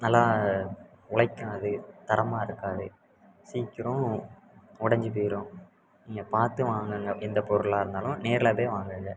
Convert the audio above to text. நல்லா உழைக்காது தரமாக இருக்காது சீக்கிரம் உடைஞ்சி போயிரும் நீங்கள் பார்த்து வாங்குங்க எந்த பொருளாக இருந்தாலும் நேரில் போய் வாங்குங்க